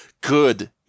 Good